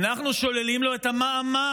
אנחנו שוללים לו את המעמד,